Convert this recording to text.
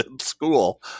school